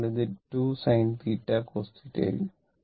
അതിനാൽ ഇത് 2 sin cos ആയിരിക്കും